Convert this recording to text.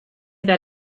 that